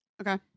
Okay